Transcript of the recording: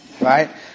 Right